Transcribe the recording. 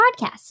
podcast